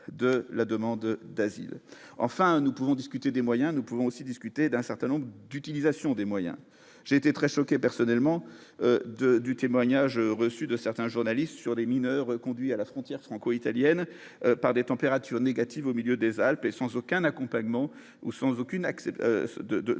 enfin nous pouvons discuter des moyens, nous pouvons aussi discuter d'un certain nombre d'utilisation des moyens, j'ai été très choqué personnellement de du témoignage reçu de certains journalistes sur les mineurs reconduits à la frontière franco- italienne par des températures négatives au milieu des Alpes et sans aucun accompagnement ou sans aucune accepte